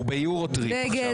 הוא ביורו-טריפ עכשיו.